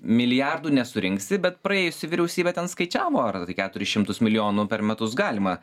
milijardų nesurinksi bet praėjusi vyriausybė ten skaičiavo ar tai keturis šimtus milijonų per metus galima